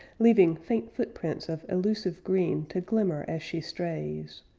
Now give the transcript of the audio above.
leaving faint footprints of elusive green to glimmer as she strays,